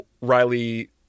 Riley